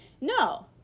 No